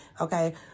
Okay